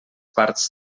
parts